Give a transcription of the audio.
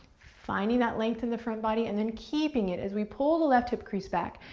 finding that length in the front body, and then keeping it as we pull the left hip crease back.